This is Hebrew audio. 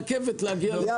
מדובר ברכבים מאוד